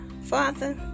Father